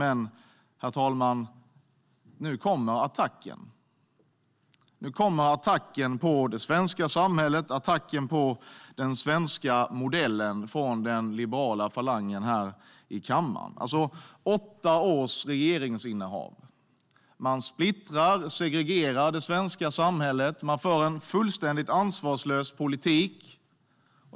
Men, herr talman, nu kommer attacken. Nu kommer attacken på det svenska samhället, attacken på den svenska modellen från den liberala falangen här i kammaren efter åtta års regeringsinnehav. Man har splittrat och segregerat det svenska samhället. Man har fört en fullständigt ansvarslös politik.